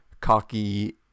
cocky